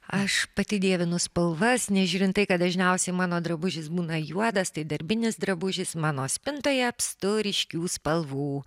aš pati dievinu spalvas nežiūrint tai kad dažniausiai mano drabužis būna juodas tai darbinis drabužis mano spintoje apstu ryškių spalvų